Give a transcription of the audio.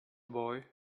boy